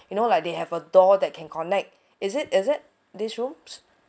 you know like they have a door that can connect is it is it these rooms